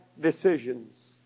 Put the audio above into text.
decisions